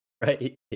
Right